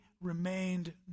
remained